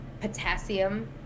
potassium